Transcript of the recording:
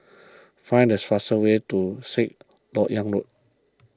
find the fastest way to Sixth Lok Yang Road